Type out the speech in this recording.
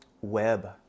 web